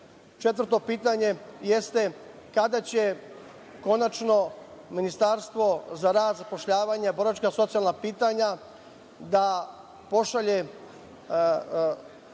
pitanje jeste - kada će konačno Ministarstvo za rad, zapošljavanje, boračka i socijalna pitanja da pošalje